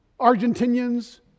Argentinians